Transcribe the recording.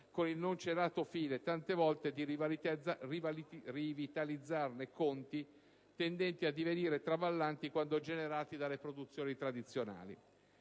con il non celato fine - tante volte - di rivitalizzarne conti tendenti a divenire traballanti quando generati dalle produzioni tradizionali.